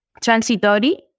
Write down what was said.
transitory